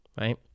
right